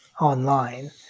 online